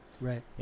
right